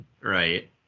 right